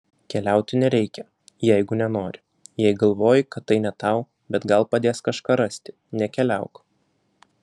keliauti nereikia jeigu nenori jei galvoji kad tai ne tau bet gal padės kažką rasti nekeliauk